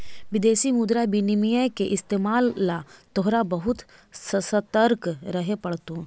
विदेशी मुद्रा विनिमय के इस्तेमाल ला तोहरा बहुत ससतर्क रहे पड़तो